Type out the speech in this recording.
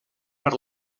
per